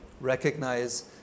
recognize